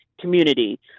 community